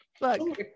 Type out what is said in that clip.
Look